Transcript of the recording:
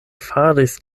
faris